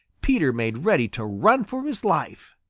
peter made ready to run for his life.